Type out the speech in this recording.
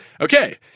okay